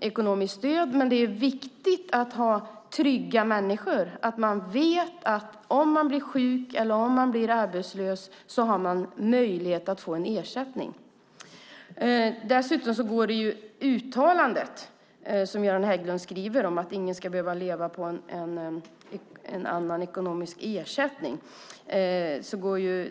ekonomiskt stöd. Men det är viktigt att ha trygga människor, att man vet att om man blir sjuk eller arbetslös har man möjlighet att få en ersättning. Dessutom skriver Göran Hägglund att ingen ska behöva leva på ekonomisk ersättning från någon annan.